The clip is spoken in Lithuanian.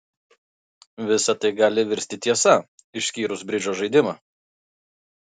visa tai gali virsti tiesa išskyrus bridžo žaidimą